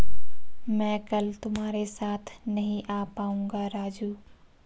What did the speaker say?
मैं कल तुम्हारे साथ नहीं आ पाऊंगा राजू